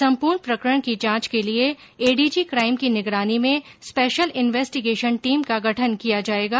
सम्पूर्ण प्रकरण की जांच के लिए एडीजी क्राइम की निगरानी में स्पेशल इन्वेस्टीगेशन टीम का गठने किया जाएगा